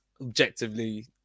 Objectively